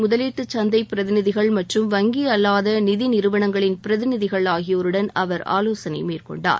முதலீட்டுச் சந்தை பிரதிநிதிகள் மற்றும் வங்கி அல்லாத நிதிநிறுவனங்களின் பிரதிநிதிகள் ஆகியோருடன் அவர் ஆலோசனை மேற்கொண்டார்